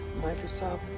Microsoft